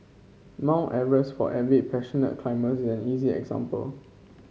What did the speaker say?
Mount Everest for avid passionate an easy example